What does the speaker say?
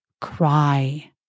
cry